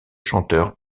chanteur